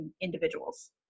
individuals